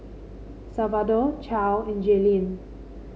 Salvador Charle and Jaelynn